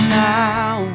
now